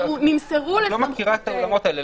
את לא מכירה את העולמות האלה.